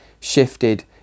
shifted